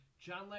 John